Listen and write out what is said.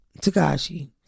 Takashi